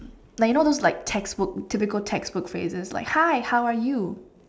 like you know those like textbooks typical textbooks that is just like hi how are you